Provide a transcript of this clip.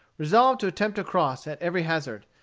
resolved to attempt to cross, at every hazard,